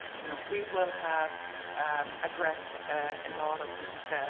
you know we will have addressed a lot of these